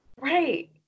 Right